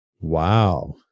Wow